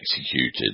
executed